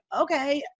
okay